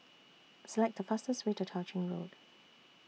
Select The fastest Way to Tao Ching Road